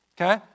Okay